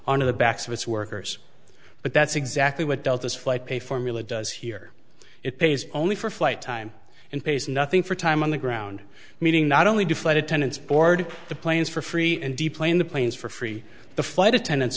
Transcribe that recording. on to the backs of its workers but that's exactly what delta's flight pay formula does here it pays only for flight time and pays nothing for time on the ground meaning not only do flight attendants board the planes for free and deplane the planes for free the flight attendants